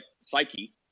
psyche